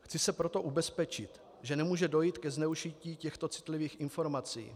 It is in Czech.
Chci se proto ubezpečit, že nemůže dojít ke zneužití těchto citlivých informací.